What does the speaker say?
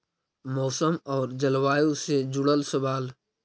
मौसम और जलवायु से जुड़ल सवाल?